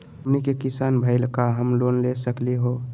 हमनी के किसान भईल, का हम लोन ले सकली हो?